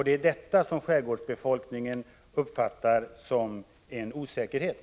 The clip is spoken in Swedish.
Det är detta som skärgårdsbefolkningen uppfattar som en osäkerhet.